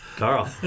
Carl